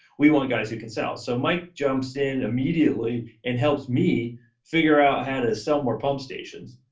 we want guys who can sell. so mike jumps in immediately, and helps me figure out how to sell more pump stations,